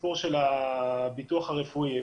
הסיפור של הביטוח הרפואי,